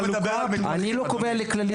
אני לא קובע ל"כללית"